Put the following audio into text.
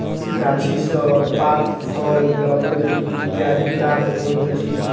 गाछी सॅ पात, फल, लकड़ी इत्यादि प्राप्त होइत अछि